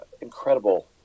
incredible